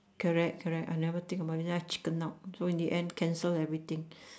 correct correct I never think about it so I chicken out in the end cancel everything